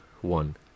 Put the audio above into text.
one